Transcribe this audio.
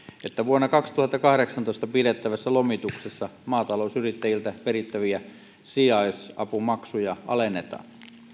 että vuonna kaksituhattakahdeksantoista pidettävässä lomituksessa maatalousyrittäjiltä perittäviä sijaisapumaksuja alennetaan